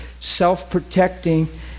self-protecting